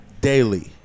daily